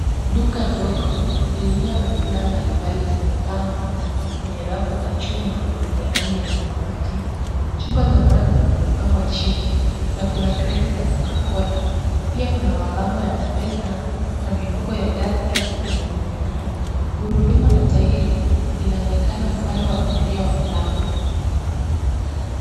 Duka dogo, lililo na bidhaa mbalimbali zimepangwa kwenye rafu za chuma zenye rangi ya samawati. Chupa za maji zimepangwa chini na kuna kreti za Cocacola. Pia kuna mabango ya M-Pesa na mifuko ya Tuskys imening'inia. Gurudumu la tairi linaonekana upande wa kulia wa mlango.